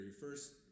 first